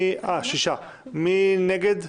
6 נגד,